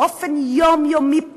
באופן יומיומי,